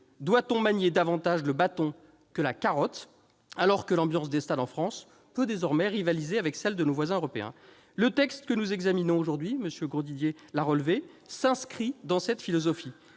Doit-on manier davantage le bâton que la carotte, alors que l'ambiance des stades en France peut désormais rivaliser avec celles de nos voisins européens ? Le texte que nous examinons aujourd'hui, M. Grosdidier l'a relevé, s'inscrit dans cette philosophie.